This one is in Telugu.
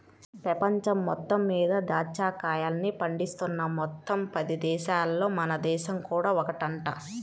పెపంచం మొత్తం మీద దాచ్చా కాయల్ని పండిస్తున్న మొత్తం పది దేశాలల్లో మన దేశం కూడా ఒకటంట